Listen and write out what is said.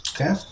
Okay